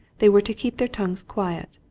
they were to keep their tongues quiet.